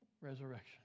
Resurrection